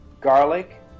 garlic